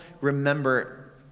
remember